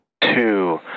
Two